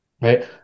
Right